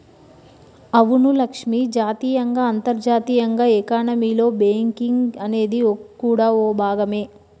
అవును లక్ష్మి జాతీయంగా అంతర్జాతీయంగా ఎకానమీలో బేంకింగ్ అనేది కూడా ఓ భాగమే